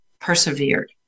persevered